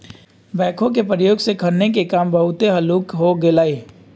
backhoe के प्रयोग से खन्ने के काम बहुते हल्लुक हो गेलइ ह